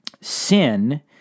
sin